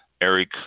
Eric